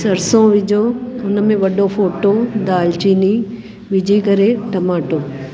सरसों विझो हुन में वॾो फ़ोटो दालचीनी विझी करे टमाटो